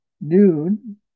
noon